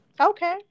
Okay